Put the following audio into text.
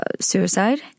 suicide